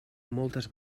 moltes